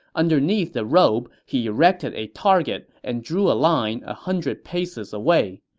underneath the robe, he erected a target and drew a line a hundred paces away.